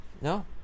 No